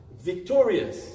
Victorious